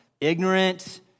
ignorant